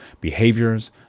behaviors